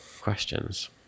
questions